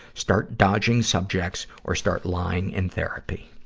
start dodging subjects, or start lying in therapy.